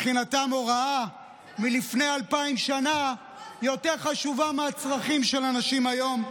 שמבחינתם הוראה מלפני אלפיים שנה יותר חשובה מהצרכים של אנשים היום.